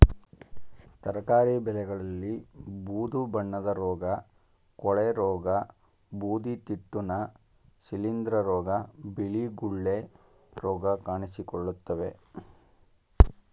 ತರಕಾರಿ ಬೆಳೆಯಲ್ಲಿ ಬೂದು ಬಣ್ಣದ ರೋಗ, ಕೊಳೆರೋಗ, ಬೂದಿತಿಟ್ಟುನ, ಶಿಲಿಂದ್ರ ರೋಗ, ಬಿಳಿ ಗುಳ್ಳೆ ರೋಗ ಕಾಣಿಸಿಕೊಳ್ಳುತ್ತವೆ